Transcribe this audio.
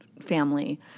family